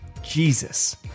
Jesus